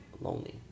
lonely